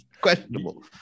Questionable